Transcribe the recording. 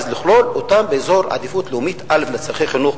אז לכלול אותם באזור עדיפות לאומית א' לצורכי חינוך,